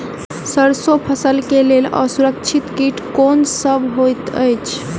सैरसो फसल केँ लेल असुरक्षित कीट केँ सब होइत अछि?